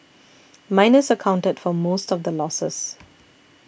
miners accounted for most of the losses